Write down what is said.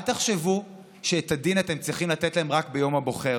אל תחשבו שאת הדין אתם צריכים לתת להם רק ביום הבוחר.